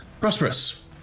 prosperous